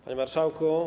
Panie Marszałku!